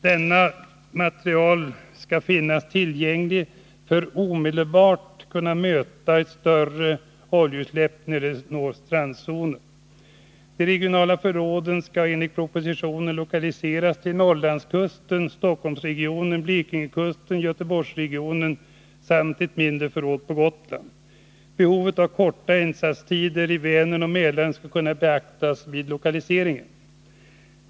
Denna materiel skall finnas tillgänglig för att omedelbart kunna möta ett större oljeutsläpp när detta når strandzonen. De regionala förråden skall enligt propositionen lokaliseras till Norrlandskusten, Stockholmsregionen, Blekingekusten och Göteborgsregionen. Dessutom skall ett mindre förråd lokaliseras till Gotland. Behovet av kortare insatstider i Vänern och Mälaren skall beaktas vid lokaliseringen.